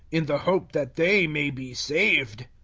in the hope that they may be saved.